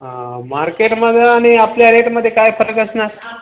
हां मार्केटमध्ये आणि आपल्या रेटमध्ये काय फरक असणार